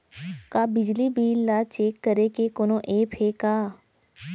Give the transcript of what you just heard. का बिजली बिल ल चेक करे के कोनो ऐप्प हे का?